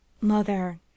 Mother